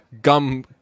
gum